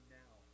now